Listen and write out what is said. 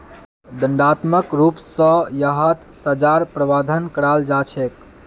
दण्डात्मक रूप स यहात सज़ार प्रावधान कराल जा छेक